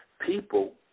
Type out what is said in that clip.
people